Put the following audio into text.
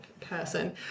person